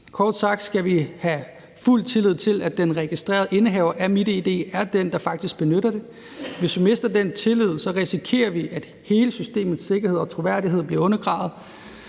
Kort sagt skal vi have fuld tillid til, at den registrerede indehaver af MitID er den, der faktisk benytter det. Hvis vi mister den tillid, risikerer vi, at hele systemets sikkerhed og troværdighed bliver undergravet.